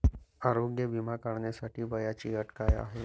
आरोग्य विमा काढण्यासाठी वयाची अट काय आहे?